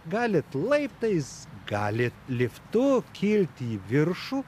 galit laiptais galit liftu kilti į viršų